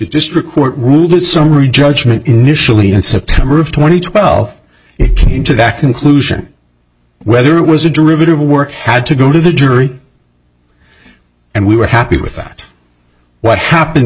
district court ruled that summary judgment initially in september of two thousand and twelve it came to that conclusion whether it was a derivative work had to go to the jury and we were happy with that what happen